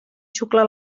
xucla